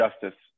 justice